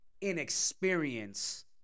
inexperience